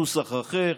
נוסח אחר,